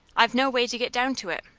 i've no way to get down to it,